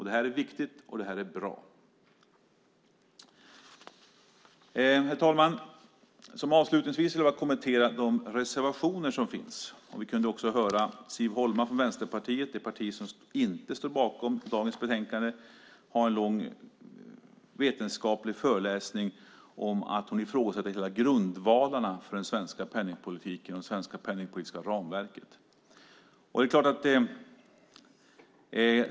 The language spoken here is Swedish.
Det är viktigt och bra. Herr talman! Avslutningsvis vill jag kommentera de reservationer som finns. Vi kunde höra Siv Holma från Vänsterpartiet, det parti som inte står bakom betänkandet, ha en lång vetenskaplig föreläsning där hon ifrågasatte själva grundvalarna för den svenska penningpolitiken och det svenska penningpolitiska ramverket.